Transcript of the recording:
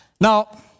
Now